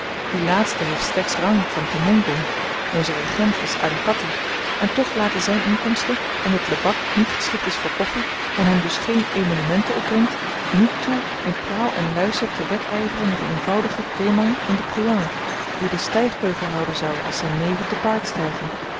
die laatste heeft slechts rang van tommongong onze regent is adhipatti en toch laten zyn inkomsten omdat lebak niet geschikt is voor koffi en hem dus geen emolumenten opbrengt niet toe in praal en luister te wedyveren met een eenvoudigen dhemang in de preanger die den stygbeugel houden zou als zyn neven te paard